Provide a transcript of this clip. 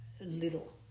little